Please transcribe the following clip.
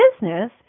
business